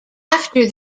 after